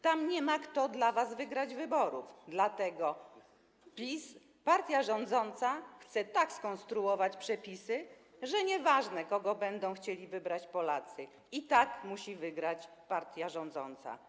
Tam nie ma kto dla was wygrać wyborów, dlatego PiS, partia rządząca, chce tak skonstruować przepisy, by nie było ważne, kogo będą chcieli wybrać Polacy - i tak musi wygrać partia rządząca.